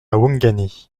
ouangani